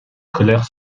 colères